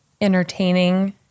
entertaining